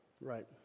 right